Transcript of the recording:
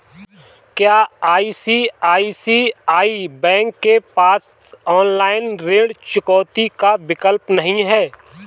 क्या ICICI bank के पास ऑनलाइन ऋण चुकौती का विकल्प नहीं है?